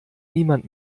niemand